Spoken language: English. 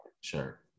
Sure